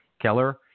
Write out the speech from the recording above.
Keller